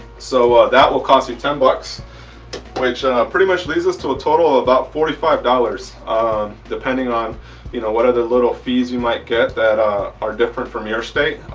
so that will cost you ten bucks which pretty much leads us to a total about forty five dollars depending on you know what are the little fees you might get that ah are different from your state.